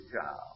child